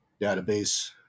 database